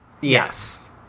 Yes